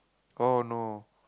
oh no